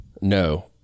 no